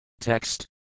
Text